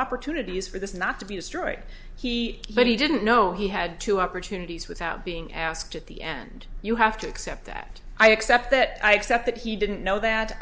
opportunities for this not to be destroyed he but he didn't know he had two opportunities without being asked at the end you have to accept that i accept that i accept that he didn't know that